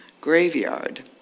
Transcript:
graveyard